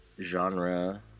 genre